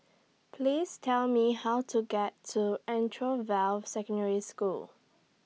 Please Tell Me How to get to Anchorvale Secondary School